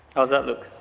how's that look?